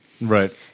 Right